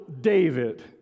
David